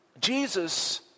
Jesus